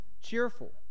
cheerful